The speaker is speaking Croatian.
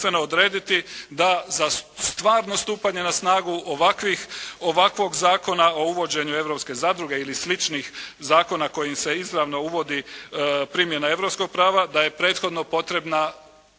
da za stvarno stupanje na snagu ovakvog Zakona o uvođenju europske zadruge ili sličnih zakona kojim se izravno uvodi primjena europskog prava da je prethodno potrebna